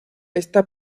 esta